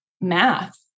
math